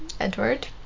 Edward